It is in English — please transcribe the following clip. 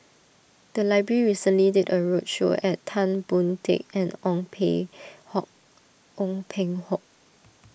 the library recently did a roadshow and Tan Boon Teik and Ong Peng Hock Ong Peng Hock